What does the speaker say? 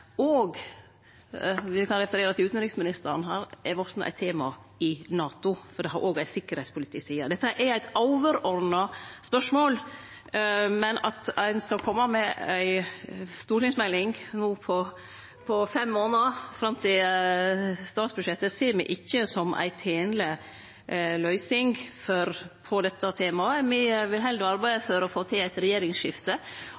kan referere til utanriksministeren her – vortne eit tema i NATO, for det har òg ei sikkerheitspolitisk side. Dette er eit overordna spørsmål, men at ein skal kome med ei stortingsmelding no på fem månader, fram til statsbudsjettet, ser me ikkje som ei tenleg løysing på dette temaet. Me vil heller arbeide